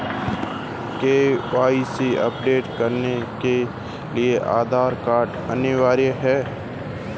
क्या KYC update करने के लिए आधार कार्ड अनिवार्य है?